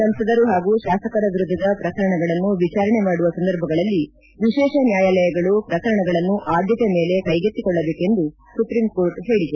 ಸಂಸದರು ಹಾಗೂ ಶಾಸಕರ ವಿರುದ್ಧದ ಪ್ರಕರಣಗಳನ್ನು ವಿಚಾರಣೆ ಮಾಡುವ ಸಂದರ್ಭಗಳಲ್ಲಿ ವಿಶೇಷ ನ್ಚಾಯಾಲಯಗಳು ಪ್ರಕರಣಗಳನ್ನು ಆದ್ದತೆ ಮೇಲೆ ಕೈಗೆತ್ತಿಕೊಳ್ಳಬೇಕೆಂದು ಸುಪ್ರೀಂ ಕೋರ್ಟ್ ಹೇಳಿದೆ